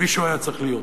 כפי שהוא היה צריך להיות.